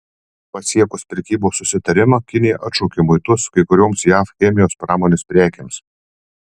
pasiekus prekybos susitarimą kinija atšaukė muitus kai kurioms jav chemijos pramonės prekėms